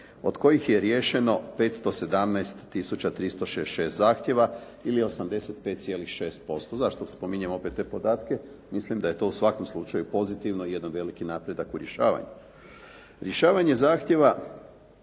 Od kojih je riješeno 517 tisuća 366 zahtjeva ili 85,6%. Zašto spominjem opet te podatke? Mislim da je to u svakom slučaju pozitivno i jedan veliki napredak u rješvanju.